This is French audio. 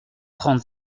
trente